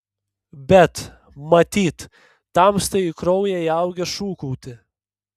bet matyt tamstai į kraują įaugę šūkauti